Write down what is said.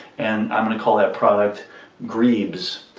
and i'm going to call that product greebs.